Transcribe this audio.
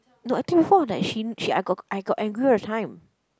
no I told you before like she she I got I got angry all the time